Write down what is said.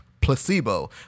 placebo